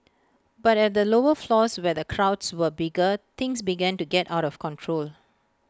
but at the lower floors where the crowds were bigger things began to get out of control